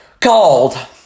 called